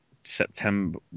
September